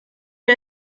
mir